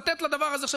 לתת לדבר הזה,